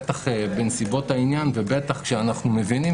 בטח בנסיבות העניין ובטח כשאנחנו מבינים